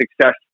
success